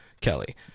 Kelly